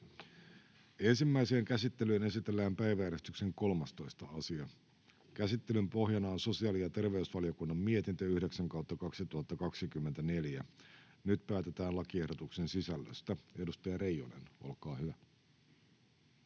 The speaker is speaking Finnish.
Ensimmäiseen käsittelyyn esitellään päiväjärjestyksen 13. asia. Käsittelyn pohjana on sosiaali‑ ja terveysvaliokunnan mietintö StVM 9/2024 vp. Nyt päätetään lakiehdotuksen sisällöstä. — Edustaja Reijonen, olkaa hyvä.